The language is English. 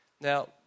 Now